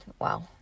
wow